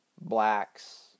blacks